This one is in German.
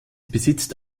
besitzt